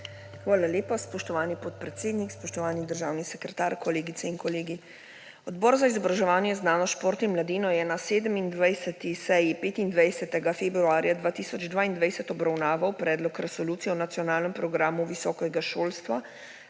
Hvala lepa. Spoštovani podpredsednik, spoštovani državni sekretar, kolegice in kolegi! Odbor za izobraževanje, znanost, šport in mladino je na 27. seji 25. februarja 2022 obravnaval Predlog resolucije o Nacionalnem programu visokega šolstva